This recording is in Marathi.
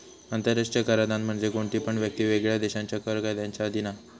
आंतराष्ट्रीय कराधान म्हणजे कोणती पण व्यक्ती वेगवेगळ्या देशांच्या कर कायद्यांच्या अधीन हा